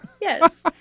yes